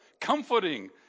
Comforting